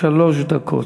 שלוש דקות.